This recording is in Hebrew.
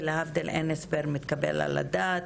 ולהבדל אין הסבר מתקבל על הדעת,